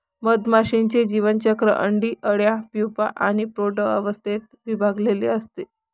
मधमाशीचे जीवनचक्र अंडी, अळ्या, प्यूपा आणि प्रौढ अवस्थेत विभागलेले असते